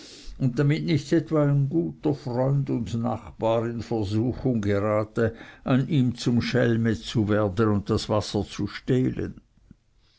und damit nicht etwa ein guter freund und nachbar in versuchung gerate an ihm zum schelme zu werden und das wasser zu stehlen